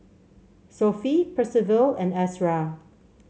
Sophie Percival and Ezra